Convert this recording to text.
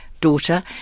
daughter